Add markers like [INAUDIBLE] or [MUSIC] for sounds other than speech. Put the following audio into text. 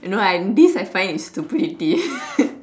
you know I this I find is stupidity [LAUGHS]